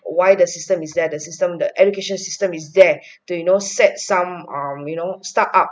why the system is there the system the education system is there to you know set some um you know start up